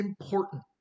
important